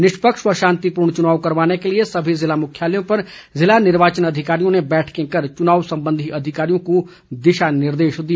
निष्पक्ष व शांतिपूर्ण चुनाव करवाने के लिए सभी जिला मुख्यालयों पर जिला निर्वाचन अधिकारियों ने बैठकें कर चुनाव संबंधी अधिकारियों को दिशा निर्देश दिए